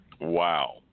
Wow